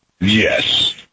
Yes